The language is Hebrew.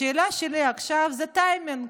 השאלה שלי עכשיו זה טיימינג,